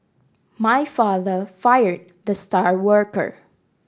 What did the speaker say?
my father fired the star worker